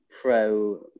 pro